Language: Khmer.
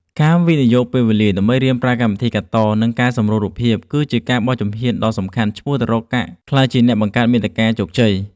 ការវិនិយោគពេលវេលាដើម្បីរៀនប្រើកម្មវិធីកាត់ត និងកែសម្រួលរូបភាព គឺជាការបោះជំហ៊ានដ៏សំខាន់ឆ្ពោះទៅរកការក្លាយជាអ្នកបង្កើតមាតិកាជោគជ័យ។